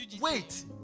wait